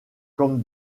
comme